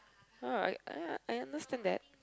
alright I I understand that